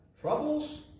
troubles